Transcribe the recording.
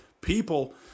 people